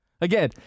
Again